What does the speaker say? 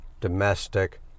domestic